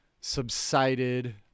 subsided